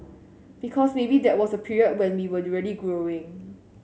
because maybe that was a period when we were really growing